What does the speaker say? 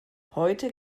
heute